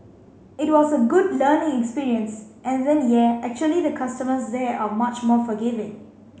it was a good learning experience and then yeah actually the customers there are much more forgiving